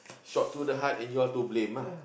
shot to the heart and you're to blame lah